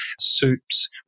soups